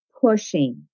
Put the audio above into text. pushing